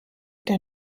der